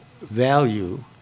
value